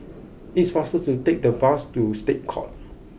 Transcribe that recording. it is faster to take the bus to State Courts